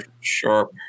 Sharp